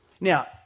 Now